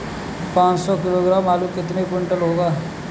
पाँच सौ किलोग्राम आलू कितने क्विंटल होगा?